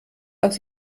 aus